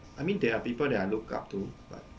I mean there are people that I look up to but